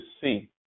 see